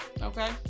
Okay